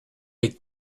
des